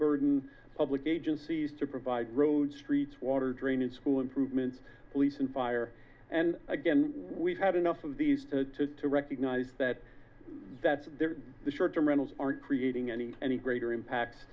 burden public agencies to provide roads streets water drainage school improvements police and fire and again we've had enough of these to recognize that that's the short term rentals aren't creating any any greater impact